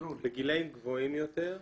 בגילאים גבוהים יותר,